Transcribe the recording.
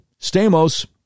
Stamos